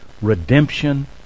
redemption